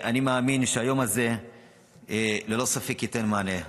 אני מאמין שהיום הזה ללא ספק ייתן מענה,